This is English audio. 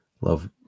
love